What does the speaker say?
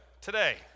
today